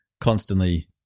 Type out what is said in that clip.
constantly